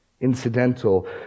incidental